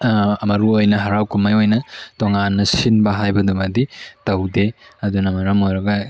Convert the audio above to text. ꯃꯔꯨ ꯑꯣꯏꯅ ꯍꯥꯔꯥꯎ ꯀꯨꯝꯍꯩ ꯑꯣꯏꯅ ꯇꯣꯉꯥꯟꯅ ꯁꯤꯟꯕ ꯍꯥꯏꯕꯗꯨꯃꯗꯤ ꯇꯧꯗꯦ ꯑꯗꯨꯅ ꯃꯔꯝ ꯑꯣꯏꯔꯒ